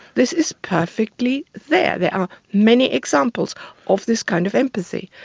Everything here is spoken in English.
this is perfectly there there are many examples of this kind of empathy.